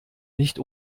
nicht